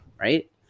right